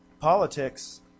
Politics